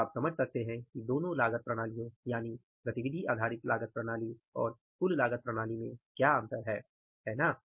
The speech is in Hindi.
तो आप समझ सकते हैं कि दोनों लागत प्रणालियों में क्या अंतर है है ना